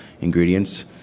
ingredients